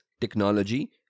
technology